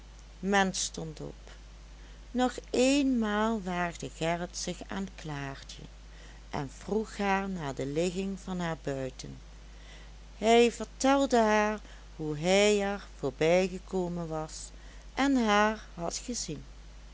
men stond op nog eenmaal waagde gerrit zich aan klaartje en vroeg haar naar de ligging van haar buiten hij vertelde haar hoe hij er voorbijgekomen was en haar had gezien